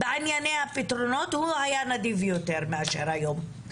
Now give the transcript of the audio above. בענייני הפתרונות הוא היה נדיב יותר מאשר היום.